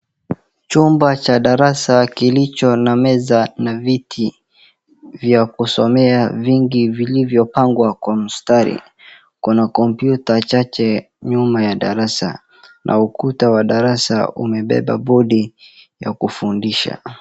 Chumba cha darasa kilicho na meza na viti vya kusomea vingi vilivyopangwa kwa mstari. Kuna kompyuta chache nyuma ya darasa na ukuta wa darsaa umebeba bodi ya kufundisha.